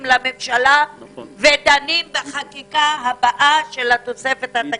לממשלה ודנים בחקיקה הבאה של התוספת התקציבית,